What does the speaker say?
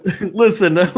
Listen